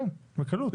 כן, בקלות.